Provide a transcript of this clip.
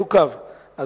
לא מעוכב?